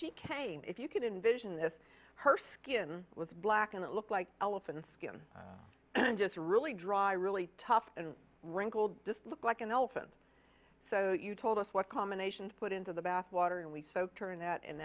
she came if you could envision this her skin was black and it looked like elephant skin and just really dry really tough and wrinkled just looked like an elephant so you told us what combination to put into the bathwater and we so turned that